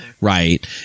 Right